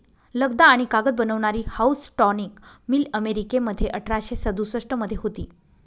लगदा आणि कागद बनवणारी हाऊसटॉनिक मिल अमेरिकेमध्ये अठराशे सदुसष्ट मध्ये होती